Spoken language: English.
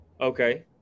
Okay